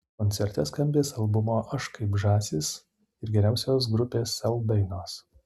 koncerte skambės albumo aš kaip žąsis ir geriausios grupės sel dainos